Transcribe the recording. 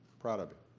proud of you.